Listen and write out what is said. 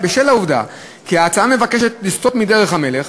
בשל העובדה כי ההצעה מבקשת לסטות מדרך המלך